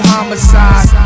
Homicide